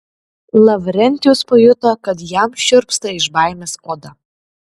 lavrentijus pajuto kad jam šiurpsta iš baimės oda